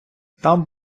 там